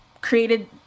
created